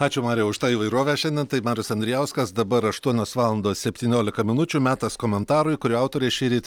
ačiū mariau už tą įvairovę šiandien tai marius andrijauskas dabar aštuonios valandos septyniolika minučių metas komentarui kurio autorė šįryt